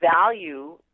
value